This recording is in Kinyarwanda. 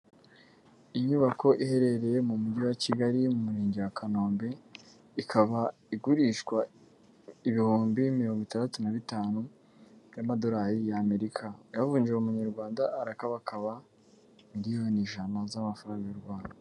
Inyubako iherereye mu mujyi wa Kigali mu murenge wa Kanombe ikaba igurishwa ibihumbi mirongo itandatu na bitanu y'amadolari y'Amerika uyavunje mu munyarwanda arakabakaba miliyoni ijana z'amafaranga y'u Rwanda.